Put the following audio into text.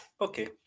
Okay